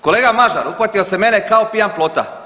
Kolega Mažar, uhvatio se mene kao pijan plota.